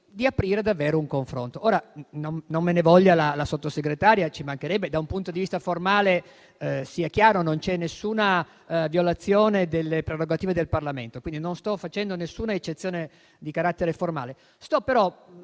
di aprire davvero un confronto. Non me ne voglia la Sottosegretaria, ci mancherebbe. Da un punto di vista formale - sia chiaro - non c'è violazione alcuna delle prerogative del Parlamento. Non sto facendo alcuna eccezione di carattere formale,